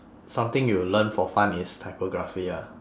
something you'll learn for fun is typography ah